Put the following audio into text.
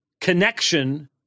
connection